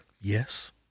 Yes